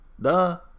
duh